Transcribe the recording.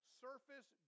surface